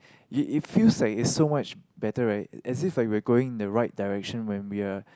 it it feels like so much better right as if like we were going in the right direction when we are